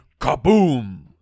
Kaboom